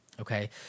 okay